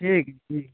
ठीक है ठीक